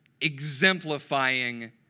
exemplifying